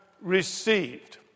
received